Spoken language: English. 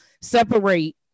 separate